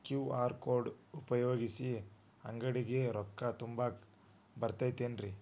QR code ಉಪಯೋಗಿಸಿ, ಅಂಗಡಿಗೆ ರೊಕ್ಕಾ ತುಂಬಾಕ್ ಬರತೈತೇನ್ರೇ?